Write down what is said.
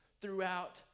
throughout